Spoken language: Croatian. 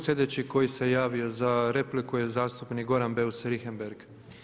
Slijedeći koji se javi za repliku je zastupnik Goran Beus Richembergh.